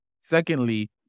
Secondly